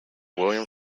william